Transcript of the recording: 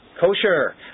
Kosher